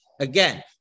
Again